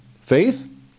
faith